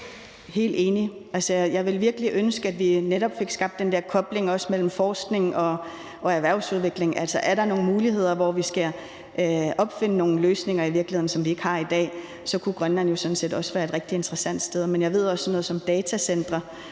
(IA): Helt enig. Jeg ville virkelig ønske, at vi netop fik skabt den der kobling, også mellem forskning og erhvervsudvikling. Altså er der nogle muligheder, hvor vi skal opfinde nogle løsninger i virkeligheden, som vi ikke har i dag. Så kunne Grønland jo sådan set også være et rigtig interessant sted. Men jeg ved også, at sådan noget som datacentre